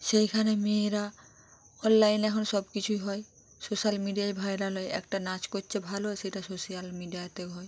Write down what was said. সেইখানে মেয়েরা অললাইনে এখন সব কিছুই হয় সোশ্যাল মিডিয়ায় ভাইরাল হয়ে একটা নাচ করছে ভালো সেটা সোশ্যাল মিডিয়াতেও হয়